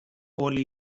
όλοι